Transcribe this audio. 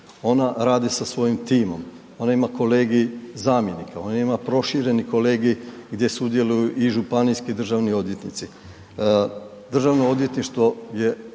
ona radi sa svojim timom, ona ima kolegij zamjenika, ona ima prošireni kolegij gdje sudjeluju i županijski državni odvjetnici. Državno odvjetništvo je